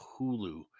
Hulu